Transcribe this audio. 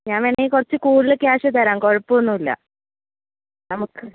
ഞാൻ വേണമെങ്കിൽ കുറച്ച് കൂടുതൽ ക്യാഷ് തരാം കുഴപ്പമൊന്നുമില്ല നമുക്ക്